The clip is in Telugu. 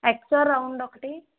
ఎక్సో రౌండ్ ఒకటి